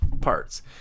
parts